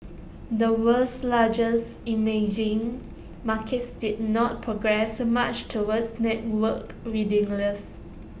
the world's largest emerging markets did not progress much towards networked readiness